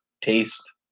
taste